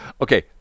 Okay